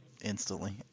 instantly